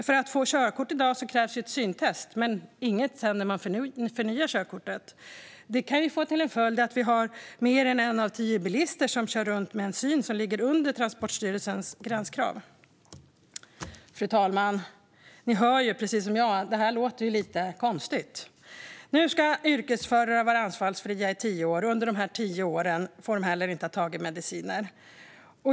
För att få körkort i dag krävs ett syntest, men det krävs inte sedan när man förnyar körkortet. Det kan få till följd att mer än 1 av 10 bilister kör runt med en syn som ligger under Transportstyrelsens gränskrav. Ni hör ju precis som jag att detta låter lite konstigt, fru talman. Nu ska yrkesförare ha varit anfallsfria under tio år, och under de tio åren får de heller inte ha tagit mediciner.